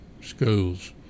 schools